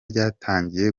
byatangiye